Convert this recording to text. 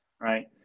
right